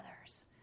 others